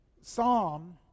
Psalm